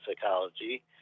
psychology